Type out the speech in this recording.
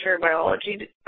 Biology